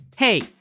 Hey